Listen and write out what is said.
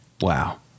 wow